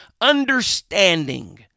Understanding